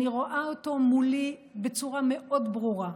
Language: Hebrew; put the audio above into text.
אני רואה אותם מולי בצורה מאוד ברורה,